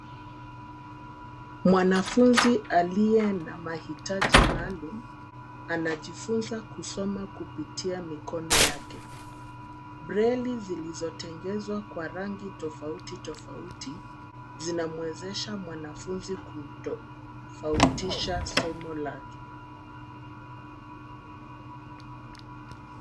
Mwanafunzi aliye na mahitaji maalum anajifunza kusoma kupitia mikono yake. Braille zilizotengenezwa kwa rangi tofauti tofauti zinamwezesha mwanafunzi kutofautisha somo lake.